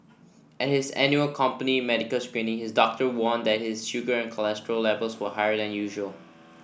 at his annual company medical screening his doctor warned that his sugar and cholesterol levels were higher than usual